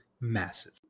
massive